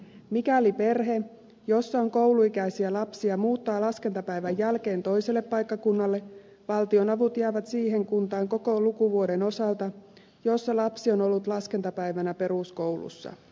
mikäli perhe jossa on kouluikäisiä lapsia muuttaa laskentapäivän jälkeen toiselle paikkakunnalle valtionavut jäävät siihen kuntaan koko lukuvuoden osalta jossa lapsi on ollut laskentapäivänä peruskoulussa